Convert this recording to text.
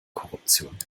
korruption